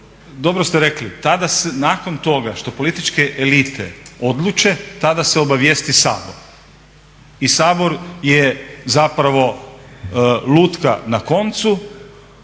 dobro ste rekli nakon toga što političke elite odluče tada se obavijesti Sabor i Sabor je zapravo lutka na koncu,